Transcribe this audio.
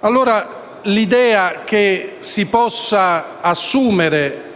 civili. L'idea che si possa assumere